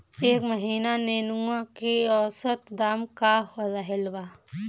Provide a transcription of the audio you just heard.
एह महीना नेनुआ के औसत दाम का रहल बा?